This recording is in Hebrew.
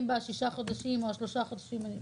אם בשישה חודשים או השלושה חודשים ---.